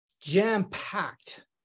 jam-packed